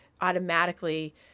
automatically